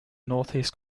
northeast